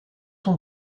son